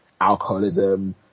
alcoholism